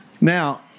Now